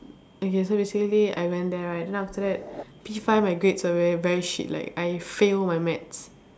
okay so basically I went there right then after that P five my grades were very very shit like I fail my maths